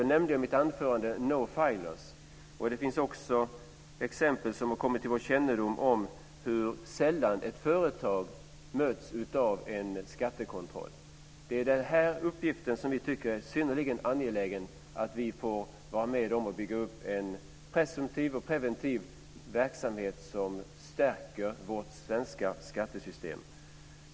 Jag nämnde i mitt anförande ett exempel, Nofilers. Det har också kommit till vår kännedom uppgifter om hur sällan ett företag möts av en skattekontroll. Vi tycker att det är synnerligen angeläget att få vara med om att bygga upp en preventiv verksamhet som stärker vårt svenska skattesystem.